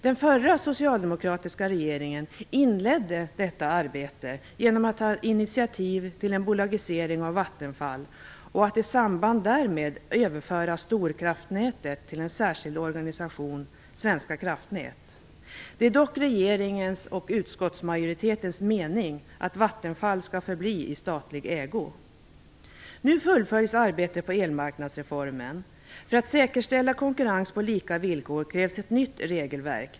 Den förra socialdemokratiska regeringen inledde detta arbete genom att ta initiativ till en bolagisering av Vattenfall och att i samband därmed överföra storkraftnätet till en särskild organisation, Svenska Kraftnät. Det är dock regeringens och utskottsmajoritetens mening att Vattenfall skall förbli i statlig ägo. Nu fullföljs arbetet på elmarknadsreformen. För att säkerställa konkurrens på lika villkor krävs ett nytt regelverk.